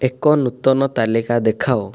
ଏକ ନୂତନ ତାଲିକା ଦେଖାଅ